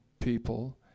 people